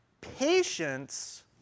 patience